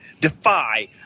Defy